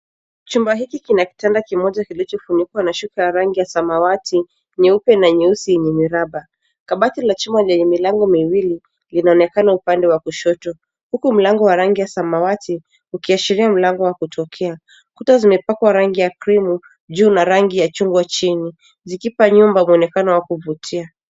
Chumba hiki kina kitanda kimoja kilichofunikwa na shuka ya rangi ya samawati, nyeupe na nyeusi yenye miraba. Kabati la chuma lenye milango miwili inaonekana upande wa kushoto. Huku mlango wa rangi ya samawati ukiashiria mlango wa kutoka. Kuta zimepakwa rangi ya cream juu na rangi ya chungwa chini zikipa nyumba muonekano wa kuvutia.